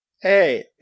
Hey